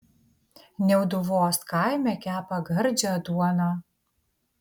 niauduvos kaime kepa gardžią duoną